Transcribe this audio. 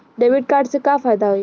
Debit card से का फायदा होई?